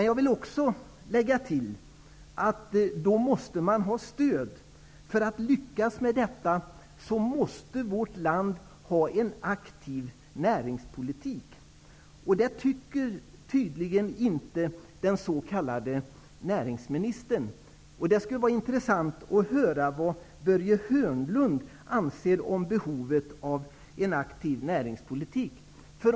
Jag vill också tillägga att det då krävs stöd. För att lyckas med detta måste man i vårt land ha en aktiv näringspolitik. Det tycker tydligen inte den s.k. näringsministern. Det vore intressant att höra vad Börje Hörnlund anser om behovet av en aktiv näringspolitik.